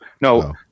no